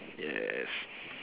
yes